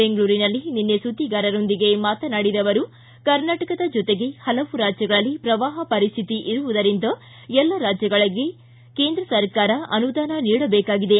ಬೆಂಗಳೂರಿನಲ್ಲಿ ನಿನ್ನೆ ಸುದ್ದಿಗಾರರೊಂದಿಗೆ ಮಾತನಾಡಿದ ಅವರು ಕರ್ನಾಟಕದ ಜೊತೆಗೆ ಹಲವು ರಾಜ್ಞಗಳಲ್ಲಿ ಪ್ರವಾಹ ಪರಿಸ್ಥಿತಿ ಇರುವುದರಿಂದ ಎಲ್ಲ ರಾಜ್ಯಗಳಿಗೆ ಕೇಂದ್ರ ಸರ್ಕಾರ ಅನುದಾನ ನೀಡಬೇಕಾಗಿದೆ